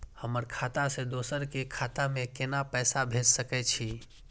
हमर खाता से दोसर के खाता में केना पैसा भेज सके छे?